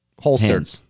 Holstered